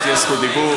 תהיה רשות דיבור.